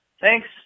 Thanks